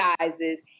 sizes